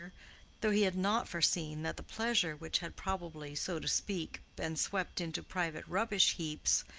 though he had not foreseen that the pleasure which had probably, so to speak, been swept into private rubbish-heaps,